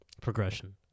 progression